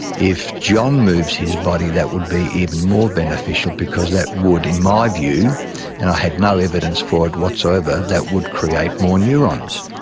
if john moves his body, that would be even more beneficial because that would, in my view, and i had no evidence for whatsoever, that would create more neurons.